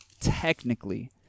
technically